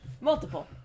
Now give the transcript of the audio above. Multiple